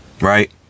Right